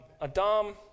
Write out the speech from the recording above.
Adam